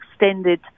extended